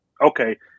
okay